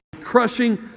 crushing